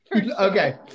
Okay